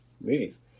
movies